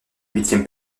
huitième